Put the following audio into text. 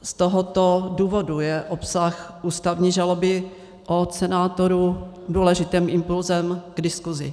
Z tohoto důvodu je obsah ústavní žaloby od senátorů důležitým impulsem k diskusi.